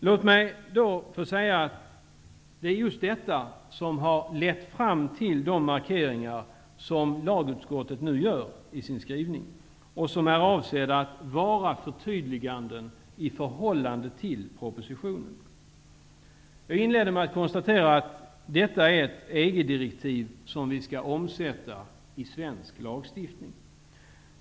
Låt mig säga att det är just detta som har lett fram till de markeringar som lagutskottet nu gör i sin skrivning och som är avsedda att utgöra förtydliganden i förhållande till propositionen. Jag inledde med att konstatera att det rör sig om ett EG-direktiv som vi skall omsätta i svensk lagstiftning.